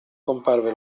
comparve